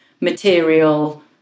material